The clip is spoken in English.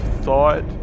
thought